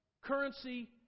currency